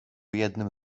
jednym